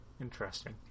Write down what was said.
Interesting